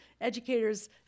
educators